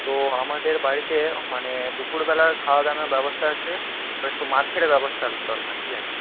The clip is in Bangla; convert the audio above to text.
তো আমাদের বাড়িতে মানে দুপুরবেলার খাওয়া দাওয়ানোর ব্যবস্থা আছে তো একটু মাছের ব্যবস্থার দরকার ঠিক আছে